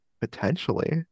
potentially